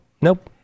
Nope